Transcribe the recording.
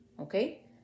okay